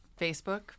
Facebook